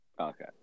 Okay